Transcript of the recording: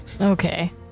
okay